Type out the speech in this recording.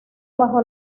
bajo